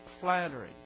flattery